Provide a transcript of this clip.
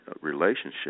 relationship